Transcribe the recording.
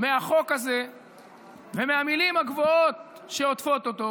מהחוק הזה ומהמילים הגבוהות שעוטפות אותו.